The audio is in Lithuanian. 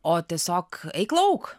o tiesiog eik lauk